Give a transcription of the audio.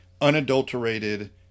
unadulterated